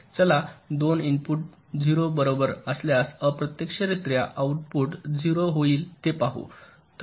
चला दोन्ही इनपुट 0 बरोबर असल्यास अप्रत्यक्षरित्या आउटपुट 0 होईल हे पाहू